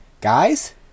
Guys